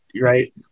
right